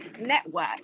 network